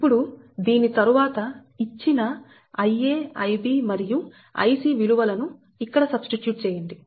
ఇప్పుడు దీని తరువాత ఇచ్చిన Ia Ib మరియు Ic విలువలను ఇక్కడ సబ్స్టిట్యూట్ చేయండి